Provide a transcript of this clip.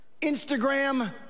Instagram